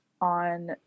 on